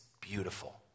beautiful